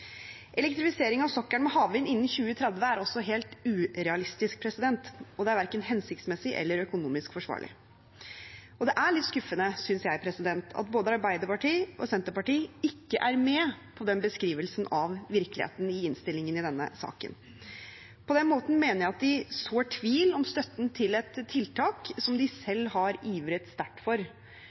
Elektrifisering av sokkelen med havvind innen 2030 er også helt urealistisk, og det er verken hensiktsmessig eller økonomisk forsvarlig. Det er litt skuffende, synes jeg, at verken Arbeiderpartiet eller Senterpartiet er med på den beskrivelsen av virkeligheten i innstillingen i denne saken. På den måten mener jeg at de sår tvil om støtten til et tiltak som de selv har ivret sterkt for,